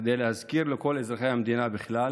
כדי להזכיר לכל אזרחי המדינה בכלל,